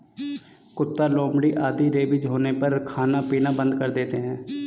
कुत्ता, लोमड़ी आदि रेबीज होने पर खाना पीना बंद कर देते हैं